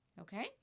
Okay